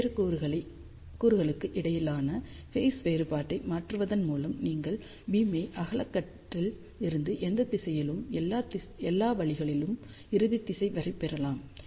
வெவ்வேறு கூறுகளுக்கு இடையிலான ஃபேஸ் வேறுபாட்டை மாற்றுவதன் மூலம் நீங்கள் பீம் ஐ அகலக்கற்றையில் இருந்து எந்த திசையிலும் எல்லா வழிகளிலும் இறுதி திசை வரை பெறலாம்